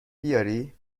بیاری